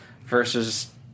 versus